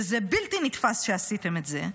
שזה בלתי נתפס שעשיתם את זה,